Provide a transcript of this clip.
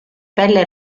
pelle